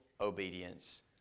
obedience